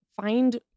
find